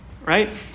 right